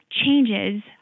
changes